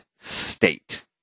state